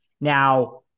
Now